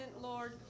Lord